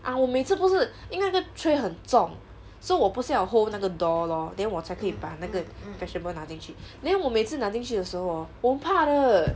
ah 我每次不是因为那个 tray 很重 so 我不是要 hold 那个 door lor then 我才可以把那个 vegetable 拿进去 then 我每次拿进去的时候 hor 我很怕的